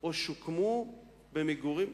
או שוקמו במגורים.